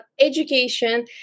education